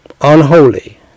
Unholy